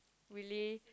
really